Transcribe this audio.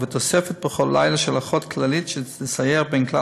ותוספת בכל לילה של אחות כללית שתסייר בין כלל